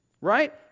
Right